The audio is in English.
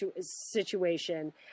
situation